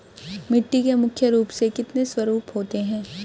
मिट्टी के मुख्य रूप से कितने स्वरूप होते हैं?